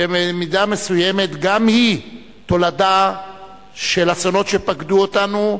שבמידה מסוימת גם היא תולדה של אסונות שפקדו אותנו,